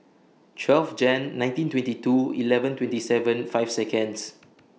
twelve Jan nineteen twenty two eleven twenty seven five Seconds